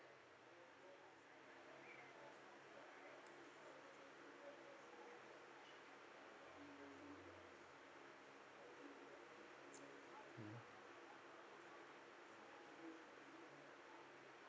mm